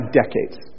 decades